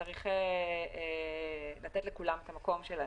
וצריך לתת לכולם את המקום שלהם.